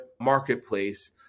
marketplace